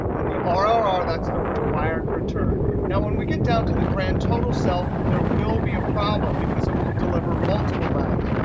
and the um rrr that's the required return. now when we get down to the grand total cell, there will be a problem because it will deliver multiple values.